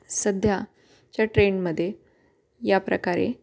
सध्या च्या ट्रेनमध्ये याप्रकारे